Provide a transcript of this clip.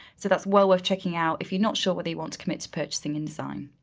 so that's well worth checking out if you're not sure what they want to commit to purchasing indesign.